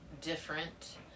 different